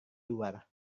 luar